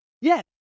Yes